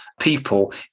people